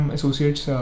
Associates